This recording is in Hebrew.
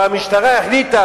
והמשטרה החליטה,